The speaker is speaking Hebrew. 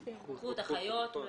רוקחות, אחיות אולי.